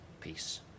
peace